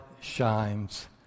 shines